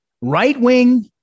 right-wing